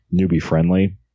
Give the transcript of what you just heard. newbie-friendly